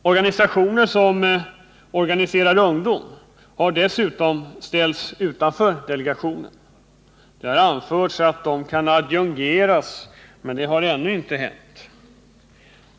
Ungdomsorganisationer har dessutom ställts utanför delegationen. Det har anförts att de kan adjungeras, men det har inte heller hänt.